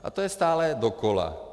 A to je stále dokola.